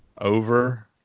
over